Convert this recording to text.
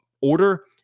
order